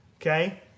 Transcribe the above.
Okay